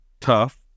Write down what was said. tough